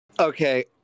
Okay